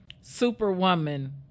Superwoman